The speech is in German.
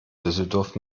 düsseldorf